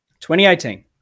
2018